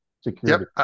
security